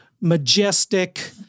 majestic